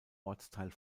ortsteil